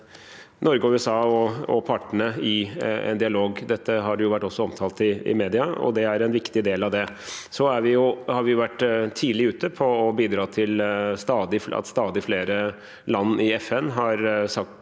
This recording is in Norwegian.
Norge og USA og partene i en dialog. Dette har også vært omtalt i media, og det er en viktig del av det. Vi har vært tidlig ute med å bidra til at stadig flere land i FN har